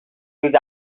use